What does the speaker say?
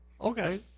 okay